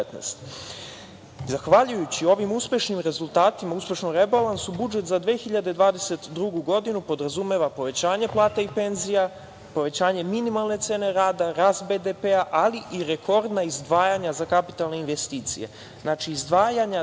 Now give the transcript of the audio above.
19.Zahvaljujući ovim uspešnim rezultatima, uspešnom rebalansu budžet za 2022. godinu podrazumeva povećanje plata i penzija, povećanje minimalne cene rada, rast BDP, ali i rekordna izdvajanja za kapitalne investicije. Znači, izdvajanja za